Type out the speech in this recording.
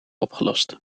opgelost